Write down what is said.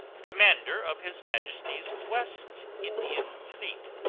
commander of his majesty's west indian fleet,